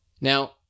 Now